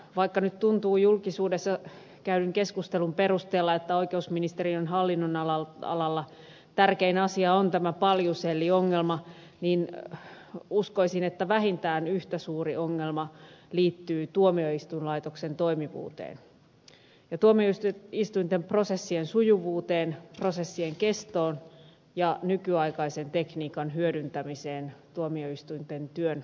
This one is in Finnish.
vaikka nyt tuntuu julkisuudessa käydyn keskustelun perusteella että oikeusministeriön hallinnonalalla tärkein asia on tämä paljuselliongelma niin uskoisin että vähintään yhtä suuri ongelma liittyy tuomioistuinlaitoksen toimivuuteen ja tuomioistuinten prosessien sujuvuuteen prosessien kestoon ja nykyaikaisen tekniikan hyödyntämiseen tuomioistuinten työn helpottamisessa